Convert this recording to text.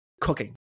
cooking